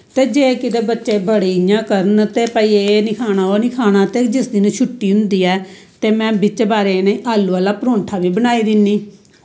ते जे बच्चे बड़ी इयां करन ते भाई एह् ना खाना ओह् नी खाना ते जिस दिन छुट्टी होंदी ऐ ते बिच्चें बारें में इनें आलू आह्ला परोंठा बी बनाई दिन्नी